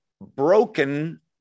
broken